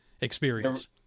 experience